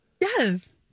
Yes